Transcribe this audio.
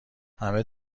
همه